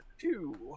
two